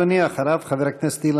חבר הכנסת יהודה גליק, בבקשה, אדוני.